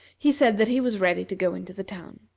he said that he was ready to go into the town.